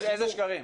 איזה שקרים?